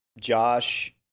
Josh